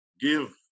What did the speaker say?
Give